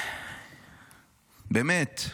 באמת.